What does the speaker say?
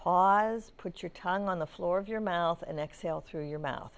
paws put your tongue on the floor of your mouth and exhale through your mouth